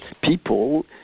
people